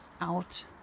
out